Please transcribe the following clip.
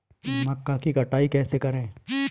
मक्का की कटाई कैसे करें?